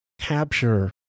capture